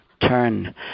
turn